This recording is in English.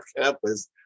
Campus